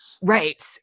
Right